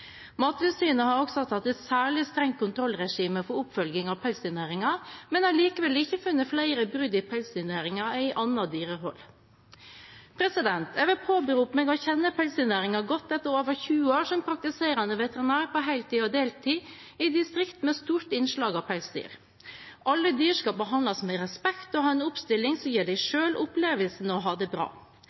Mattilsynet har også hatt et særlig strengt kontrollregime for oppfølging av pelsdyrnæringen, men har likevel ikke funnet flere brudd i pelsdyrnæringen enn i annet dyrehold. Jeg vil påberope meg å kjenne pelsdyrnæringen godt etter over 20 år som praktiserende veterinær på heltid og deltid i distrikter med stort innslag av pelsdyr. Alle dyr skal behandles med respekt og ha en oppstalling som gir dem opplevelsen av å ha det bra.